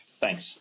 Thanks